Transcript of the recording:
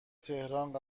تهران